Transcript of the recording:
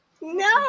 No